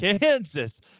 Kansas